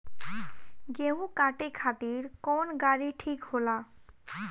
गेहूं काटे खातिर कौन गाड़ी ठीक होला?